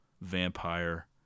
vampire